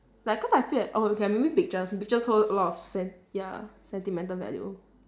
like cause I feel that oh okay maybe pictures pictures hold a lot of sen~ ya sentimental value